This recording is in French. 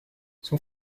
son